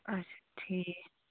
اَچھا ٹھیٖک